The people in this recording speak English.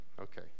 Okay